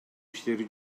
иштери